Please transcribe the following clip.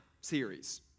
series